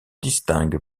distingue